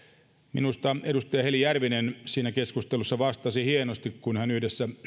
minusta edustaja heli järvinen siinä keskustelussa vastasi hienosti kun hän yhdessä